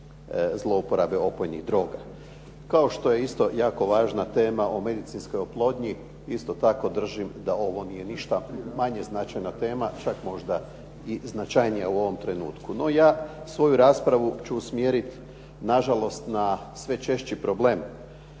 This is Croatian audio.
zlouporabe opojnih droga. Kao što je isto važna tema o medicinskoj oplodnji isto tako držim da ovo nije išta manje značajna tema, čak možda i značajnija u ovom trenutku. No ja ću svoju raspravu usmjeriti nažalost na sve češći problem